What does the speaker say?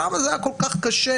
למה זה היה כל כך קשה?